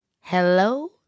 Hello